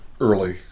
early